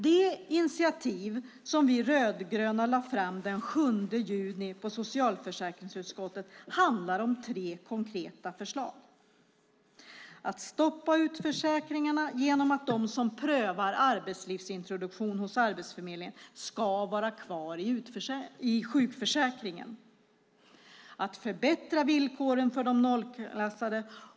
Det initiativ som vi rödgröna lade fram den 7 juni i socialförsäkringsutskottet handlar om tre konkreta förslag. Det första är att stoppa utförsäkringarna genom att de som prövar arbetslivsintroduktion hos Arbetsförmedlingen ska vara kvar i sjukförsäkringen. Det andra är att förbättra villkoren för de nollklassade.